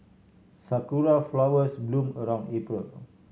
sakura flowers bloom around April